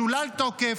משולל תוקף.